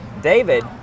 David